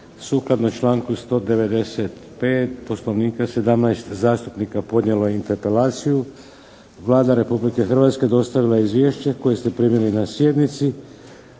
Sukladno članku 195. Poslovnika 17 zastupnika podnijelo je interpelaciju. Vlada Republike Hrvatske dostavila je izvješće koje ste primili na sjednici.